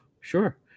sure